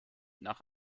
nach